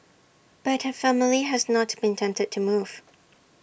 but her family has not been tempted to move